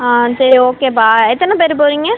ஆ சரி ஓகேப்பா எத்தனை பேர் போகறீங்க